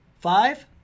five